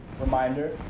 reminder